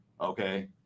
okay